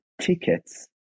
tickets